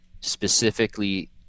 specifically